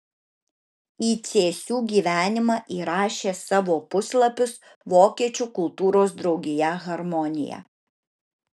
į cėsių gyvenimą įrašė savo puslapius vokiečių kultūros draugija harmonija